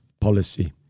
policy